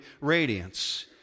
radiance